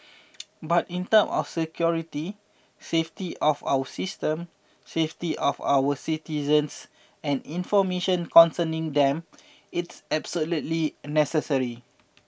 but in terms of security safety of our system safety of our citizens and information concerning them it's absolutely necessary